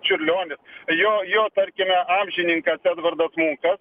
čiurlionis jo jo tarkime amžininkas edvardas mukas